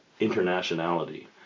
internationality